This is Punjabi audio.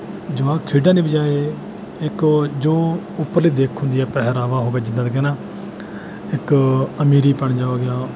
ਜਵਾਕ ਖੇਡਾਂ ਦੀ ਬਜਾਏ ਇੱਕ ਉਹ ਜੋ ਉੱਪਰਲੀ ਦਿੱਖ ਹੁੰਦੀ ਹੈ ਪਹਿਰਾਵਾ ਹੋਵੇ ਜਿੱਦਾਂ ਕਿ ਹੈ ਨਾ ਇੱਕ ਅਮੀਰੀਪਣ ਜਿਹਾ ਹੋ ਗਿਆ